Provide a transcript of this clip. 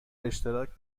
اشتراک